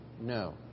No